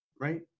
right